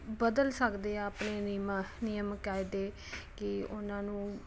ਬਦਲ ਸਕਦੇ ਆ ਆਪਣੀ ਨੀਮਾ ਨਿਯਮ ਕਾਇਦੇ ਕਿ ਉਹਨਾਂ ਨੂੰ